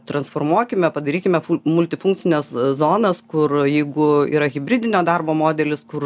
transformuokime padarykime multifunkcines zonas kur jeigu yra hibridinio darbo modelis kur